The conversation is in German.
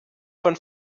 von